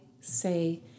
say